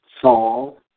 Saul